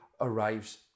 arrives